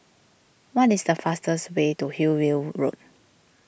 what is the fastest way to Hillview Road